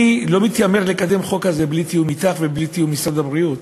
אני לא מתיימר לקדם חוק כזה בלי תיאום אתך ובלי תיאום עם משרד הבריאות,